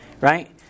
right